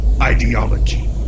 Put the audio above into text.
ideology